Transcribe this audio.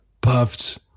Puffed